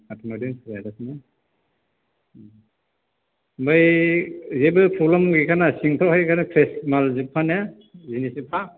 फानखोमादों जोंहा दासिमबो ओमफ्राय जेबो प्रब्लेम गैखायाना सिंफ्रावहाय ओंखायनो फ्रेस माल जोबखाना जिनिसफ्रा